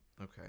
Okay